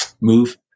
move